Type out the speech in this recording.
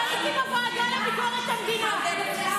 גם הייתי בוועדה לביקורת המדינה.